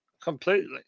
Completely